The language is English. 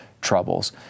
troubles